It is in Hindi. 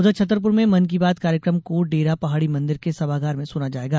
उधर छतरपुर में मन की बात कार्यक्रम को डेरा पहाड़ी मंदिर के सभागार में सुना जायेगा